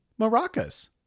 maracas